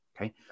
Okay